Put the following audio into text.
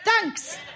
Thanks